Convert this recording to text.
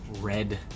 red